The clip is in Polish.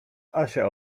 asia